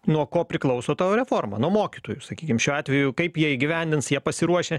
nuo ko priklauso tavo reforma nuo mokytojų sakykim šiuo atveju kaip jie įgyvendins jie pasiruošę